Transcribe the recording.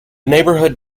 neighborhood